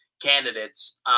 candidates